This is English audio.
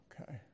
Okay